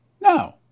No